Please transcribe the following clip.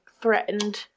threatened